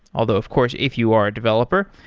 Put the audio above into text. although of course if you are a developer,